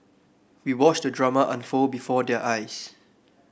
we watched the drama unfold before their eyes